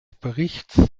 berichts